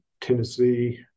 Tennessee